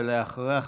ואחריה,